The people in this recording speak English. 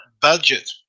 budget